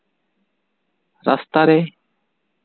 ᱨᱟᱥᱛᱟᱨᱮ